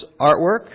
artwork